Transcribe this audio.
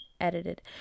edited